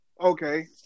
Okay